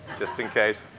just in case.